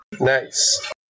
Nice